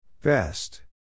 Best